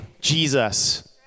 Jesus